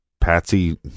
Patsy